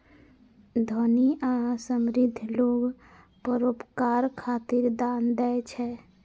धनी आ समृद्ध लोग परोपकार खातिर दान दै छै